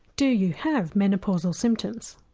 do you have menopausal symptoms?